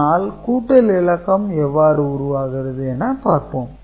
ஆனால் கூட்டல் இலக்கம் எவ்வாறு உருவாகிறது என பார்ப்போம்